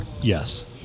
Yes